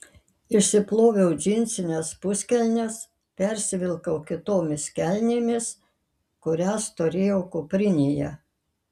išsiploviau džinsines puskelnes persivilkau kitomis kelnėmis kurias turėjau kuprinėje